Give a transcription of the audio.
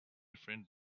friend